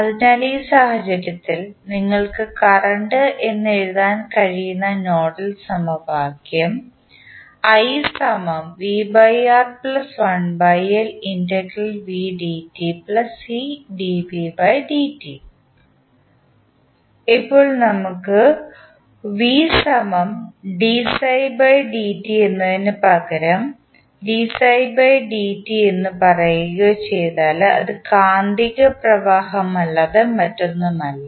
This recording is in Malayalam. അതിനാൽ ഈ സാഹചര്യത്തിൽ നിങ്ങൾക്ക് കറണ്ട് എന്ന് എഴുതാൻ കഴിയുന്ന നോഡൽ സമവാക്യം ഇപ്പോൾ നമുക്ക് എന്നതിന് പകരം എന്ന് പറയുകയോ ചെയ്താൽ അത് കാന്തിക പ്രവാഹമല്ലാതെ മറ്റൊന്നുമല്ല